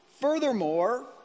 Furthermore